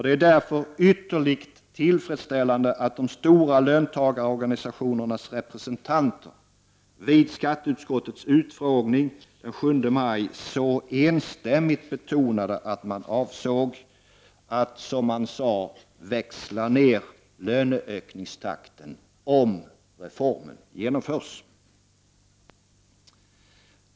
Det är därför ytterligt tillfredsställande att de stora löntagarorganisationernas representanter vid skatteutskottets utfrågning den 7 maj så enstämmigt betonade att man avsåg att — som man sade — växla ner löneökningstakten om reformen genomförs.